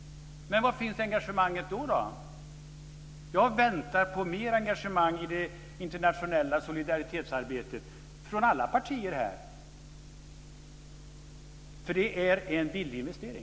Men var finns engagemanget då? Jag väntar på mer engagemang i det internationella solidaritetsarbetet från alla partier, för det är en billig investering.